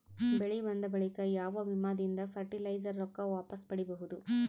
ಬೆಳಿ ಬಂದ ಬಳಿಕ ಯಾವ ವಿಮಾ ದಿಂದ ಫರಟಿಲೈಜರ ರೊಕ್ಕ ವಾಪಸ್ ಪಡಿಬಹುದು?